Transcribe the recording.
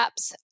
apps